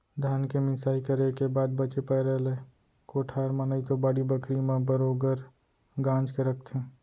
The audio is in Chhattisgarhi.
धान के मिंसाई करे के बाद बचे पैरा ले कोठार म नइतो बाड़ी बखरी म बरोगर गांज के रखथें